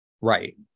Right